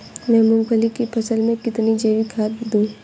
मैं मूंगफली की फसल में कितनी जैविक खाद दूं?